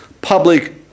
public